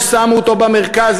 ששמו אותו במרכז,